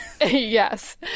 yes